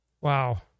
Wow